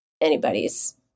anybody's